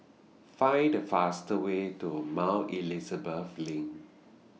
Find The fastest Way to Mount Elizabeth LINK